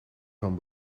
van